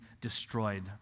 destroyed